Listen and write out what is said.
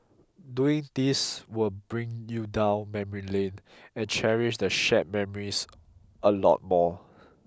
doing this will bring you down memory lane and cherish the shared memories a lot more